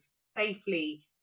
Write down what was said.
safely